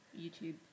YouTube